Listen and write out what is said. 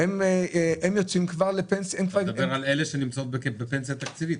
אתה מדבר על אלה שנמצאות בפנסיה תקציבית.